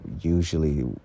usually